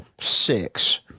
six